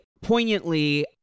poignantly